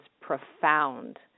profound